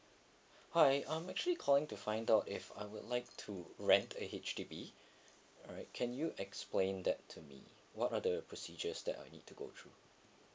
hi I'm actually calling to find out if I would like to rent a H_D_B alright can you explain that to me what are the procedures that I need to go through